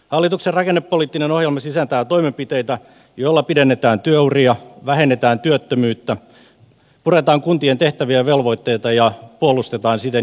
hallituksen rakennepoliittinen ohjelma sisältää toimenpiteitä joilla pidennetään työuria vähennetään työttömyyttä puretaan kuntien tehtäviä ja velvoitteita ja puolustetaan siten julkisia palveluita